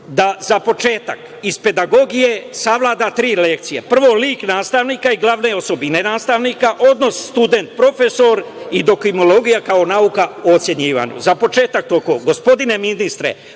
da, za početak, iz pedagogije savlada tri lekcije. Prvo – lik nastavnika i glavne osobine nastavnika, odnos student – profesor i dokrimologija kao nauka o ocenjivanju. Za početak, toliko. Gospodine ministre,